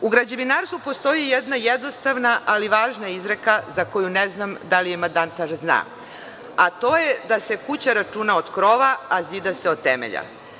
U građevinarstvu postoji jedna jednostavna ali važna izreka za koju ne znam da li je mandatar zna, a to je da se kuća računa od krova, a zida se od temelja.